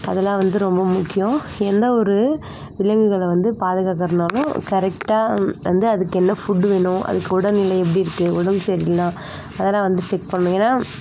அதெல்லாம் வந்து ரொம்ப முக்கியம் எந்த ஒரு விலங்குகளை வந்து பாதுகாக்கறதுனாலும் கரெக்டாக வந்து அதுக்கு என்ன ஃபுட்டு வேணும் அதுக்கு உடல்நிலை எப்படி இருக்குது உடம்பு சரியில்லைனா அதெல்லாம் வந்து செக் பண்ணணும் ஏன்னா